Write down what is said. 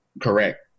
Correct